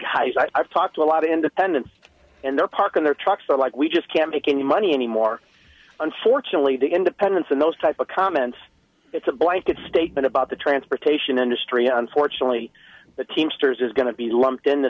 guys i've talked to a lot of independents and they're parking their trucks are like we just can't make any money anymore unfortunately the independents and those type of comments it's a blanket statement about the transportation industry unfortunately the teamsters is going to be lumped into